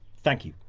thank you.